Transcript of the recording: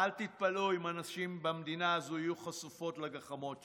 אל תתפלאו אם נשים במדינה הזאת יהיו חשופות לגחמות שלכם.